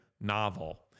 novel